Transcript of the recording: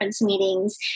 meetings